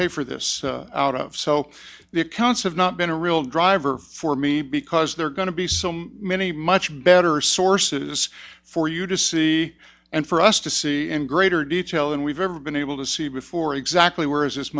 pay for this out of so the accounts have not been a real driver for me because they're going to be some many much better sources for you to see and for us to see in greater detail than we've ever been able to see before exactly where is this